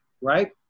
right